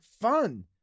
fun